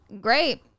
great